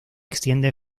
extiende